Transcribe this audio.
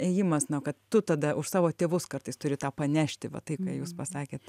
ėjimas na kad tu tada už savo tėvus kartais turi tą panešti va tai ką jūs pasakėt